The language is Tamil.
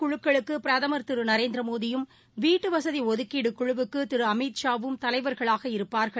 முழக்களுக்குபிரதமர் திருநரேந்திரமோடியும் வீட்டுஒதுக்கீடுகுழுவுக்குதிருஅமித்ஷாவும் ஆறு தலைவர்களாக இருப்பார்கள்